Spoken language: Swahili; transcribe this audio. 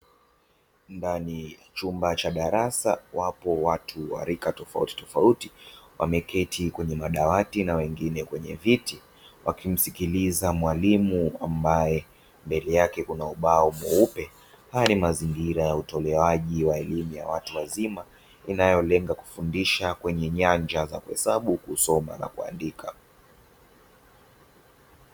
Ndani ya chumba cha darasa wapo watu wa rika tofautitofauti, wameketi kwenye madawati na wengine kwenye viti wakimsikiliza mwalimu ambaye mbele yake kuna ubao mweupe. Haya ni mazingira ya utolewaji wa elimu ya watu wazima inayolenga kufundisha kwenye nyanja za kuhesabu, kusoma na kuandika.